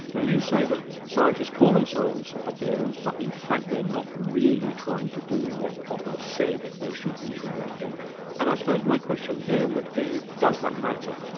now you say that scientists call themselves popperians but in fact they're not really trying to do what popper said they should be trying to do and i suppose my question there would be does that matter?